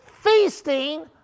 feasting